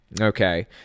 Okay